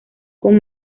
con